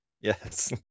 Yes